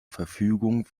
verfügung